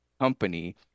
company